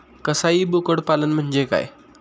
कसाई बोकड पालन म्हणजे काय?